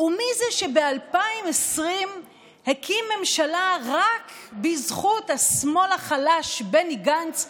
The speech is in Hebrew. מי זה שב-2020 הקים ממשלה רק בזכות השמאל החלש בני גנץ,